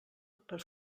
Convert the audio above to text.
per